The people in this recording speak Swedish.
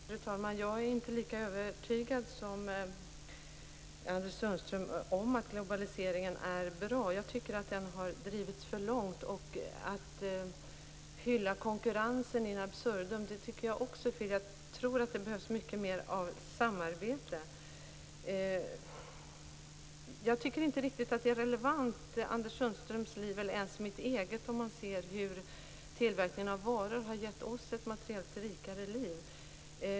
Fru talman! Jag är inte lika övertygad som Anders Sundström om att globaliseringen är bra. Jag tycker att den har drivits för långt. Att hylla konkurrensen in absurdum tycker jag också är fel. Jag tror att det behövs mycket mer av samarbete. Jag tycker inte att Anders Sundströms liv eller ens mitt eget är riktigt relevant, även om tillverkningen av varor hr givit oss ett materiellt rikare liv.